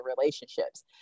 relationships